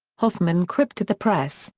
hoffman quipped to the press,